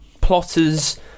plotters